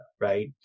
Right